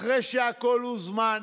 אחרי שהכול הוזמן,